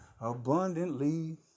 abundantly